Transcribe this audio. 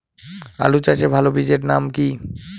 আলু চাষের ভালো বীজের নাম কি?